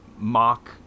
mock